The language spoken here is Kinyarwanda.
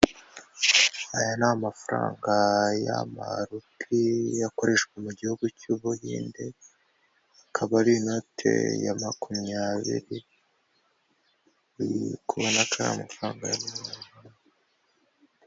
Aya ni amafaranga y'amarupi akoreshwa mu gihugu cy'Ubuhinde, akaba ari inote ya makumyabiri, uri kubona ko ari amafaranga y'amanyarwanda.